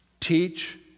Teach